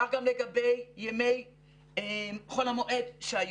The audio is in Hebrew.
כך גם לגבי ימי חול המועד שהיו.